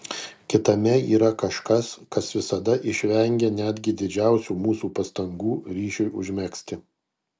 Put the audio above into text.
kitame yra kažkas kas visada išvengia netgi didžiausių mūsų pastangų ryšiui užmegzti